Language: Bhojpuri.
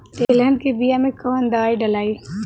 तेलहन के बिया मे कवन दवाई डलाई?